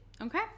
okay